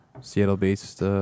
Seattle-based